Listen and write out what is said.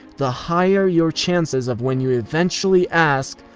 the higher your chances of when you eventually ask,